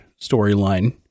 storyline